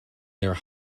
their